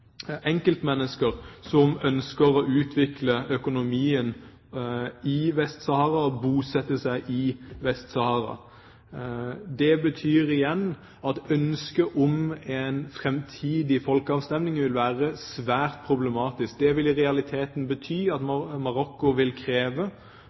bosette seg i Vest-Sahara. Det betyr igjen at ønsket om en framtidig folkeavstemning vil være svært problematisk. Det vil i realiteten bety at